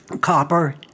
copper